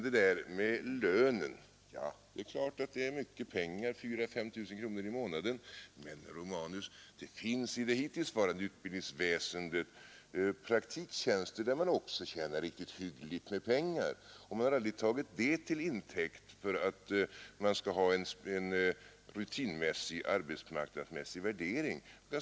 Det är klart att 4 000 eller 5 000 kronor i månaden är mycket pengar, men det finns i det hittillsvarande utbildningsväsendet praktiktjänster där man också tjänar riktigt hyggligt med pengar, och man har aldrigt tagit det till intäkt för att ha en rutinmässig, arbetsmarknadsmässig värdering.